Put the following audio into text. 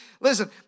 Listen